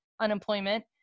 unemployment